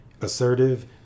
Assertive